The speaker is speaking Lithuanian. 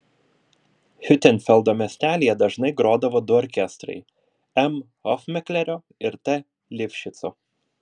hiutenfeldo miestelyje dažnai grodavo du orkestrai m hofmeklerio ir t lifšico